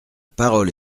parole